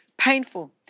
Painful